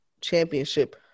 championship